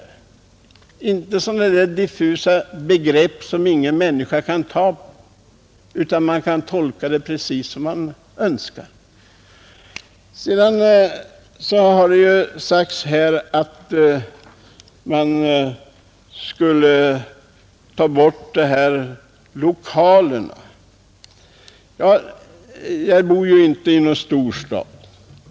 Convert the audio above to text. Jag tycker inte om sådana där diffusa begrepp som ingen människa kan ta på och som man kan tolka precis som man önskar. Det har också talats om lokaler. Jag bor inte i någon storstad.